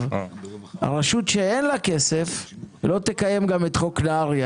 רשות שאין לה כסף לא תקיים גם את חוק נהרי,